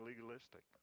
legalistic